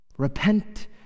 Repent